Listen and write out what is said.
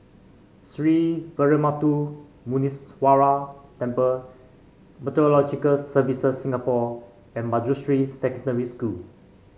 Sree Veeramuthu Muneeswaran Temple Meteorological Services Singapore and Manjusri Secondary School